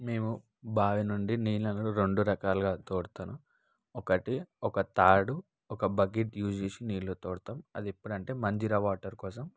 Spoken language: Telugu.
మేము బావి నుండి నీళ్లను రెండు రకాలుగా తోడుతాను ఒకటి ఒక తాడు ఒక బకెట్ యూజ్ చేసి నీళ్లు తోడటం అది ఎప్పుడు అంటే మంజీరా వాటర్ కోసం